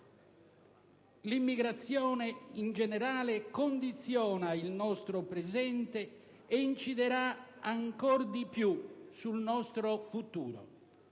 l'immigrazione in generale condizionano il nostro presente e incideranno ancora di più sul nostro futuro.